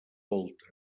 volta